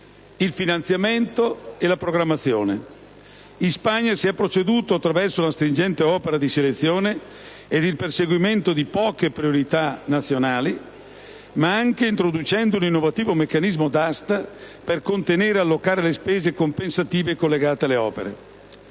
finanziamento e programmazione. In Spagna si è proceduto attraverso una stringente opera di selezione ed il perseguimento di poche priorità nazionali, ma anche introducendo un innovativo meccanismo d'asta per contenere e allocare le spese compensative collegate alle opere.